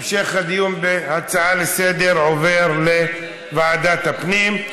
המשך הדיון בהצעה לסדר-היום עובר לוועדת הפנים.